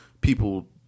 people